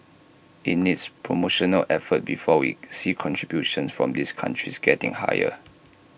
IT needs promotional effort before we see contributions from these countries getting higher